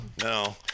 no